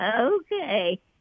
Okay